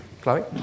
Chloe